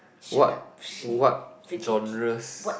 what what genres